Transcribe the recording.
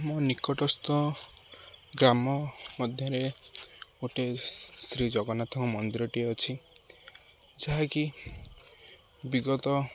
ଆମ ନିକଟସ୍ଥ ଗ୍ରାମ ମଧ୍ୟରେ ଗୋଟେ ଶ୍ରୀ ଜଗନ୍ନାଥଙ୍କ ମନ୍ଦିରଟିଏ ଅଛି ଯାହାକି ବିଗତ